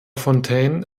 fontaine